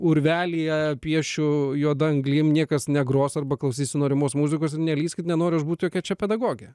urvelyje piešiu juoda anglim niekas negros arba klausysiu norimos muzikos nelįskit nenoriu aš būt jokia čia pedagogė